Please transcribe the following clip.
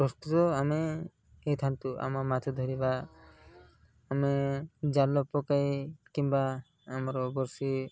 ପ୍ରସ୍ତୁତ ଆମେ ହେଇଥାନ୍ତୁ ଆମ ମାଛ ଧରିବା ଆମେ ଜାଲ ପକାଇ କିମ୍ବା ଆମର ବର୍ଷି